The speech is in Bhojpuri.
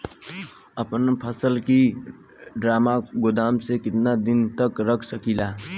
अपना फसल की ड्रामा गोदाम में कितना दिन तक रख सकीला?